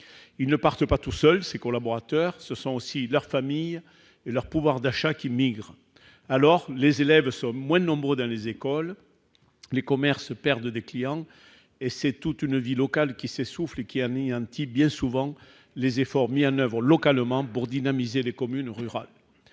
ne partent pas tous seuls ; ce sont aussi leur famille et leur pouvoir d'achat qui migrent. Résultat : les élèves sont moins nombreux dans les écoles, les commerces perdent des clients et c'est toute une vie locale qui s'essouffle, ce qui anéantit bien souvent les efforts mis en oeuvre localement pour dynamiser les communes rurales.